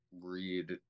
read